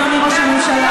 אדוני ראש הממשלה,